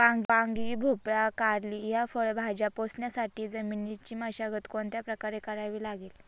वांगी, भोपळा, कारली या फळभाज्या पोसण्यासाठी जमिनीची मशागत कोणत्या प्रकारे करावी लागेल?